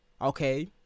okay